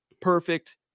Perfect